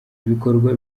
ibikorwa